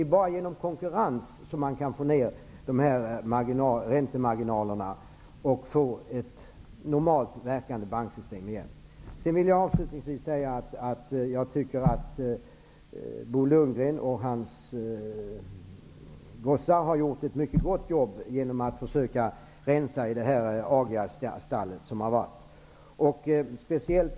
Det är bara genom konkurrens man kan få ned räntemarginalerna och få ett normalt banksystem igen. Jag tycker att Bo Lundgren och hans gossar har gjort ett mycket gott jobb när de försökt rensa i det augiasstall bankkrisen utgjort.